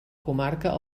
comarca